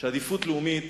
שעדיפות לאומית